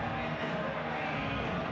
i am